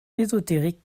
ésotérique